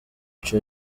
ico